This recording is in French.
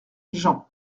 jean